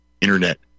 internet